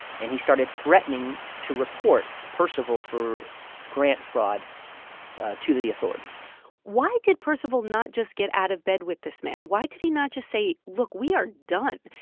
and he started threatening to report percival for grant fraud to the authorities why did percival not just get out of bed with this man? why did he not just say, look, we are done?